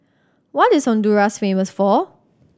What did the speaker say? what is Honduras famous for